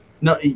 no